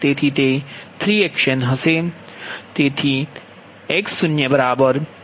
તેથી તે 3Xn હશે